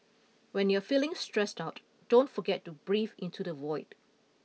when you are feeling stressed out don't forget to breathe into the void